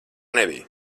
nebija